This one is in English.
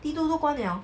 T two 都关 liao